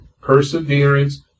perseverance